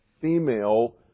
female